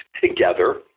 together